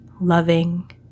loving